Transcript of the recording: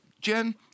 Jen